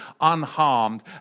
unharmed